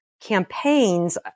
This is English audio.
campaigns